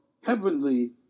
heavenly